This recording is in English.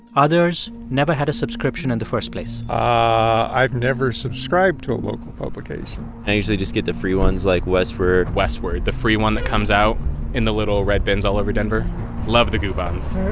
others never had a subscription in the first place ah i've never subscribed to a local publication i usually just get the free ones, like westword westword, the free one that comes out in the little red bins all over denver love the coupons.